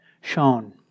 shown